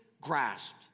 grasped